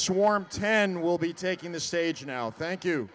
swarm ten will be taking the stage now thank you